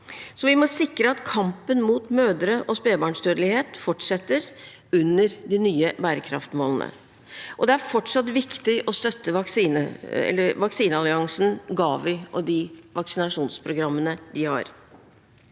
Vi må sikre at kampen mot mødre- og spedbarnsdødelighet fortsetter under de nye bærekraftsmålene. Det er fortsatt viktig å støtte vaksinealliansen GAVI og de vaksinasjonsprogrammene de har.